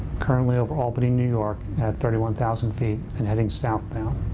currently over albany, new york, at thirty one thousand feet and heading southbound.